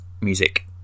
music